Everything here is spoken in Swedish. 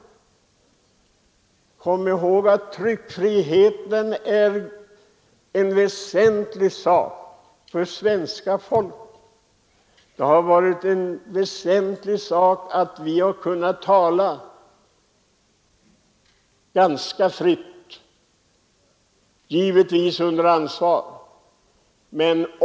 Jo, vi har t.ex. tryckfriheten — de mänskliga frioch rättigheterna — som är mycket viktig för vårt folk. Det har varit en väsentlig sak att vi har kunnat tala ganska fritt — men givetvis under ansvar.